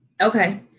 Okay